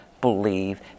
believe